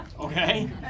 Okay